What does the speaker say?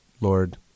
Lord